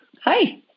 Hi